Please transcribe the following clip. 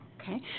Okay